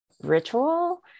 ritual